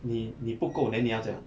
你你不够 then 你要怎样